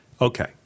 Okay